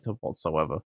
whatsoever